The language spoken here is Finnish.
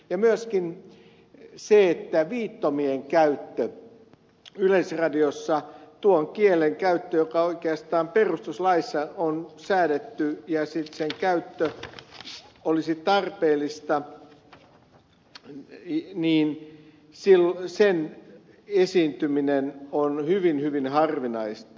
ja myöskin viittomien käyttö yleisradiossa tuon kielen käyttö joka oikeastaan perustuslaissa on säädetty ja jonka käyttö olisi tarpeellista sen esiintyminen on hyvin hyvin harvinaista